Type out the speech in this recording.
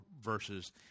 verses